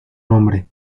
nombre